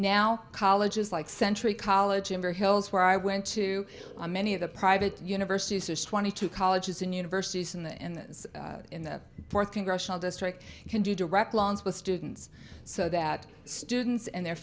now colleges like century college in the hills where i went to a many of the private universities is twenty two colleges and universities in the and in that fourth congressional district can do direct loans with students so that students and their